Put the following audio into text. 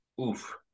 oof